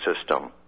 system